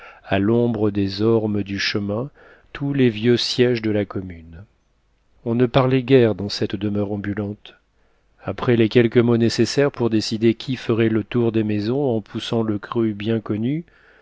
à l'ombre des ormes du chemin tous les vieux sièges de la commune on ne parlait guère dans cette demeure ambulante après les quelques mots nécessaires pour décider qui ferait le tour des maisons en poussant le cri bien connu